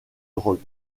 drogue